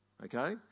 Okay